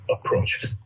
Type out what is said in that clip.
approach